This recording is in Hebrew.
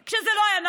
יש לכם במה להיתלות.